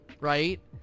right